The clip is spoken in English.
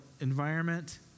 environment